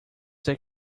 that